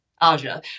Aja